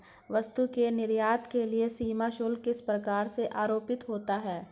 वस्तु के निर्यात के लिए सीमा शुल्क किस प्रकार से आरोपित होता है?